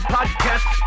Podcast